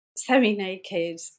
semi-naked